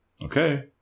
Okay